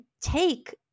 take